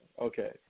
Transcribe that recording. Okay